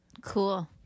cool